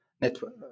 network